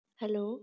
hello